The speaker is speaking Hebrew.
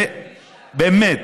ובאמת